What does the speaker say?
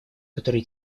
который